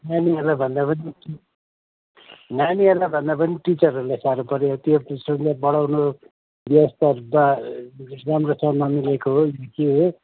नानीहरूलाई भन्दा पनि टी नानीहरूलाई भन्दा पनि टिचरहरूलाई साह्रो पऱ्यो त्यो फिसहरूलाई बढाउनु व्यवस्था बा राम्रो सम्हाल्नुदेखिको के हो